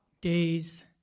days